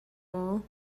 maw